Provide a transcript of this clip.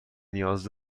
نیاز